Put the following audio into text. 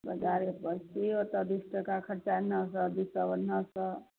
बजारे परके ओतऽ बीस टका खर्चा एन्नो से अथी से ओन्नो से